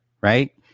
right